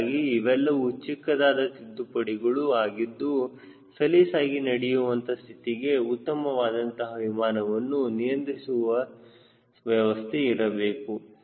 ಹೀಗಾಗಿ ಇವೆಲ್ಲವೂ ಚಿಕ್ಕದಾದ ತಿದ್ದುಪಡಿಗಳು ಆಗಿದ್ದು ಸಲೀಸಾಗಿ ನಡೆಯುವಂತ ಸ್ಥಿತಿಗೆ ಉತ್ತಮವಾದಂತಹ ವಿಮಾನವನ್ನು ನಿಯಂತ್ರಿಸುವಂತಹ ವ್ಯವಸ್ಥೆ ಇರಬೇಕು